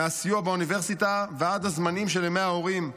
מהסיוע באוניברסיטה ועד הזמנים של ימי ההורים.